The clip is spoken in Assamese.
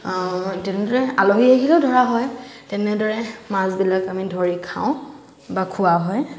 তেনেদৰে আলহী আহিলেও ধৰা হয় তেনেদৰে মাছবিলাক আমি ধৰি খাওঁ বা খোৱা হয়